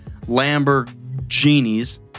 Lamborghini's